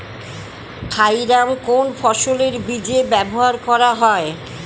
Thiram কোন ফসলের বীজে ব্যবহার করা হয়?